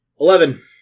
Eleven